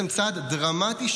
צעד דרמטי,